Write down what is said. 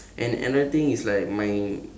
and another thing is like my